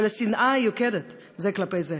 של השנאה היוקדת זה כלפי זה,